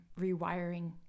rewiring